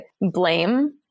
blame